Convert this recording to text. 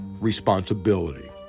responsibility